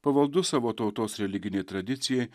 pavaldus savo tautos religinei tradicijai